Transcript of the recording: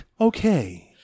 okay